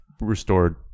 restored